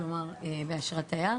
כלומר באשרת תייר.